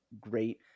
great